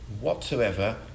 whatsoever